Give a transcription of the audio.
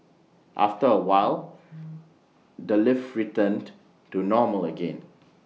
after A while the lift returned to normal again